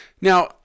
Now